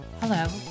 Hello